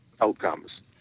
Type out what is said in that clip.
outcomes